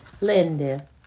Linda